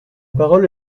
parole